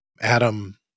Adam